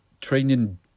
training